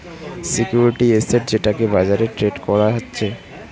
security asset যেটাকে বাজারে trade করা যাচ্ছে